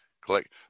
click